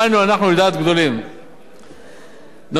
נושא גיל הפרישה לנשים הוא נושא מורכב,